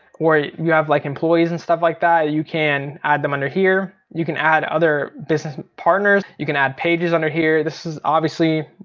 or you you have like employees and stuff like that you can add them under here. you can add other business partners, you can add pages under here. this is obviously,